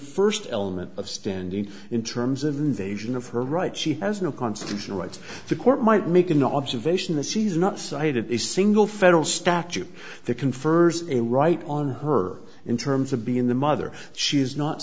first element of standing in terms of invasion of her right she has no constitutional rights the court might make an observation that sees not cited a single federal statute that confers a right on her in terms of being the mother she is not